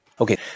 Okay